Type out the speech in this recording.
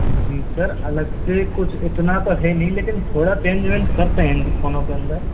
जी sir अलग से कुछ इतना तो है नहीं लेकिन थोड़ा चेंज वेंज करते हैं जी फोनों के अंदर